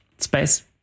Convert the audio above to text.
space